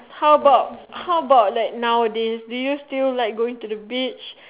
how about how about like nowadays do you still like going to the beach